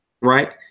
right